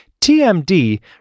TMD